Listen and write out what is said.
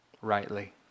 rightly